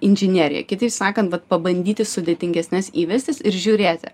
inžineriją kitaip sakant vat pabandyti sudėtingesnes įvestis ir žiūrėti